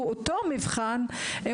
אם